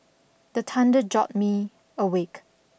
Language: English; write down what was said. the thunder jolt me awake